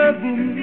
boom